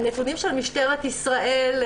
כי אחרת פשוט לא היינו מחזיקות מעמד.